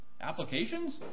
applications